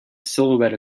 silhouette